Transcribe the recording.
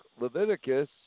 Leviticus